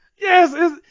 Yes